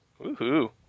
Woohoo